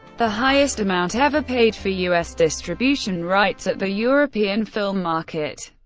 the highest amount ever paid for us distribution rights at the european film market.